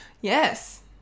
Yes